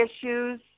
issues